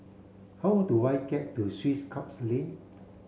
how do I get to Swiss Club Lane